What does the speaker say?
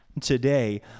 Today